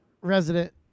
resident